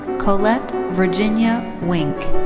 colette virginia wink.